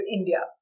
India